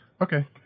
Okay